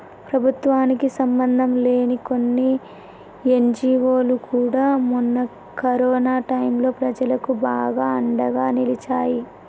ప్రభుత్వానికి సంబంధంలేని కొన్ని ఎన్జీవోలు కూడా మొన్న కరోనా టైంలో ప్రజలకు బాగా అండగా నిలిచాయి